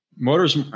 Motors